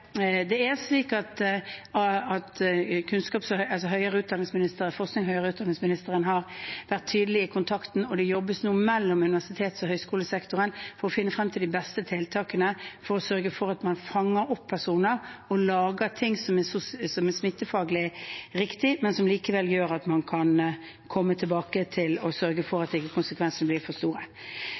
jobbes nå mellom universitets- og høyskolesektoren for å finne frem til de beste tiltakene for å sørge for at man fanger opp personer, og gjør ting som er smittefaglig riktig, men som likevel gjør at man kan komme tilbake og sørge for at konsekvensene ikke blir for store.